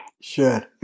Sure